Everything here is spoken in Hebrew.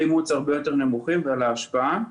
אימוץ הרבה יותר נמוכים מ-60% ועל ההשפעה שלהם,